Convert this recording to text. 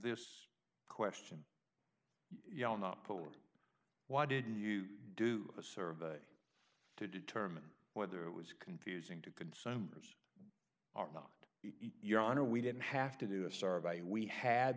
this question you know not told why didn't you do a survey to determine whether it was confusing to consumers are not your honor we didn't have to do a survey we had